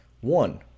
One